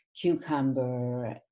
cucumber